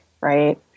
Right